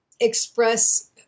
express